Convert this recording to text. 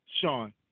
Sean